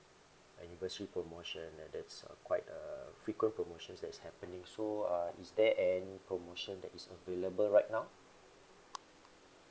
anniversary promotion and there's a quite a frequent promotions that's happening so uh is there any promotion that is available right now